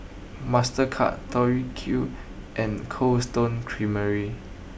Mastercard Tori Q and Cold Stone Creamery